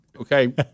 okay